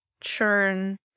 churn